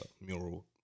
mural